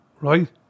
Right